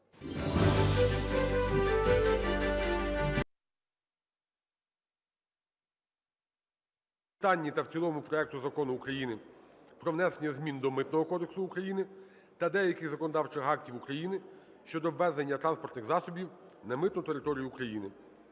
читанні та в цілому проекту Закону України "Про внесення змін до Митного кодексу України та деяких законодавчих актів України щодо ввезення транспортних засобів на митну територію України"